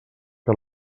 que